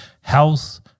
health